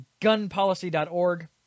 gunpolicy.org